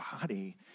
body